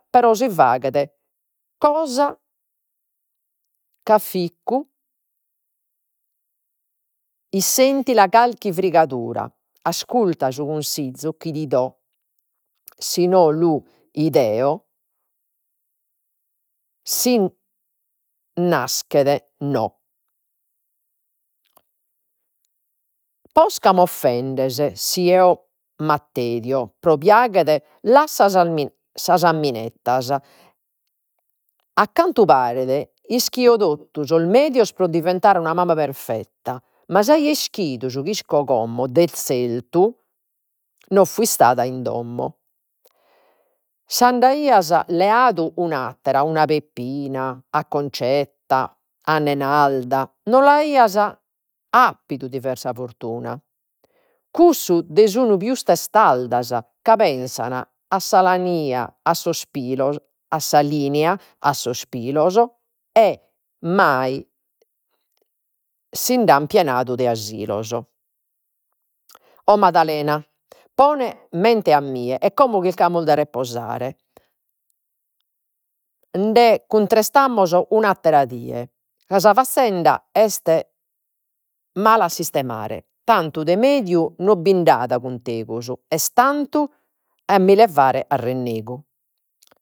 Però si faghet cosa afficcu carchi frigadura, asculta su cunsizzu chi ti do, si no lu ido eo si naschet no. Posca mi offendes si eo mi attedio, pro piaghere lassa sas sas minettas, a cantu paret ischis totu sos medios pro diventare una mama perfetta ma si aia ischidu su chi isco como de zertu no fio istada in domo. Si nd'aias leadu una attera, una Peppina, a Concetta, a Nenalda, non l'aias appidu diversa fortuna sun pius testardas, ca pensan a sa a sos pilos, a sa linea, a sos pilos, e mai si nd'an pienadu de asilos. O Madalena, pone mente a mie, e como chilcamus de reposare, nde cuntrestamus un'attera die ca sa faccenda est mala a sistemare, tantu de mediu no bind'at cun tegus, est tantu a mi levare arrennegu.